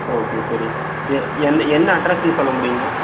okay சரி எ என்ன என்ன அட்ரஸுன்னு சொல்ல முடியுமா